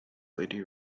lady